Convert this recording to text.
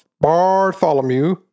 Bartholomew